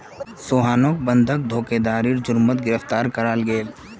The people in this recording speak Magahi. सोहानोक बंधक धोकधारी जुर्मोत गिरफ्तार कराल गेल